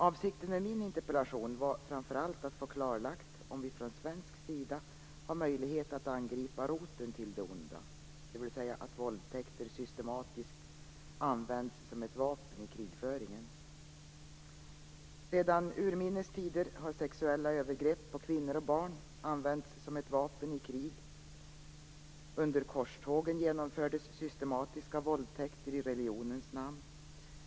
Avsikten med min interpellation var framför allt att få klarlagt om vi från svensk sida har möjlighet att angripa roten till det onda, dvs. att våldtäkter systematiskt används som ett vapen i krigföringen. Sedan urminnes tider har sexuella övergrepp på kvinnor och barn använts som ett vapen i krig. Under korstågen genomfördes systematiska våldtäkter i religionens namn.